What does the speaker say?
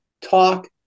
talk